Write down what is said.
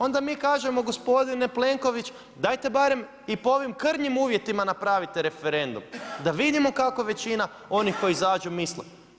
Onda mi kažemo gospodine Plenković dajte barem i po ovim krnjim uvjetima napravite referendum, da vidimo kako većina onih koji izađu misle.